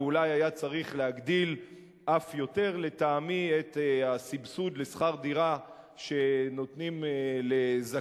ואולי היה צריך להגדיל אף יותר לטעמי את הסבסוד לשכר דירה שנותנים לזכאים